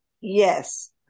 Yes